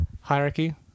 hierarchy